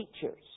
teachers